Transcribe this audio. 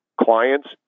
clients